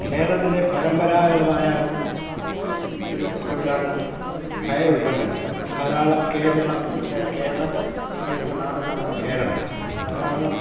കേരളത്തിലെ പരമ്പരാഗതമായ ഒരു തൊഴിലാണ് കയറുത്പന്നങ്ങൾ ധാരാളം കേരളത്തിന്റെ കേരം വിളയുന്ന നാടെന്നാണല്ലൊ കേരളം ധാരാളം